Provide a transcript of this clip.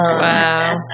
Wow